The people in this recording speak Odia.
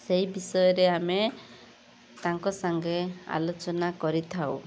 ସେଇ ବିଷୟରେ ଆମେ ତାଙ୍କ ସାଙ୍ଗେ ଆଲୋଚନା କରିଥାଉ